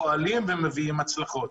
פועלים ומביאים הצלחות.